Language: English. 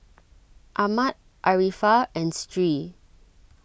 Ahmad Arifa and Stree